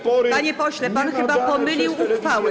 Panie pośle, pan chyba pomylił uchwały.